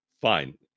fine